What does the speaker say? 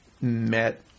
met